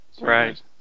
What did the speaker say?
right